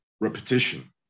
repetition